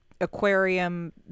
aquarium